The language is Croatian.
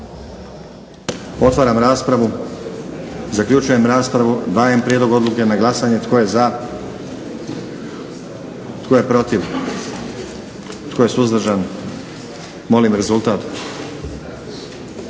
Otvaram raspravu. Zaključujem raspravu. Dajem na glasanje prijedlog odluke. Tko je za? Tko je protiv? Tko je suzdržan? Molim rezultat.